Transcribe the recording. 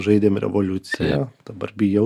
žaidėm revoliuciją dabar bijau